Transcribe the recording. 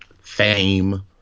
fame